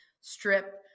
strip